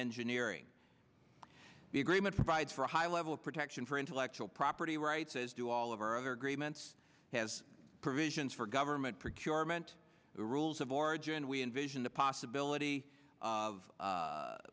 engineering the agreement provides for a high level of protection for intellectual property rights as do all of our other agreements has provisions for government procurement rules of origin we envision the possibility of